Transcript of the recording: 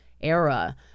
era